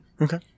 Okay